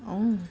oh